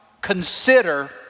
consider